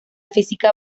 física